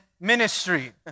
ministry